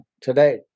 today